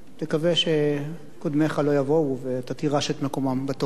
תקווה שקודמיך לא יבואו ואתה תירש את מקומם בתור.